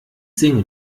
singe